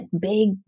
big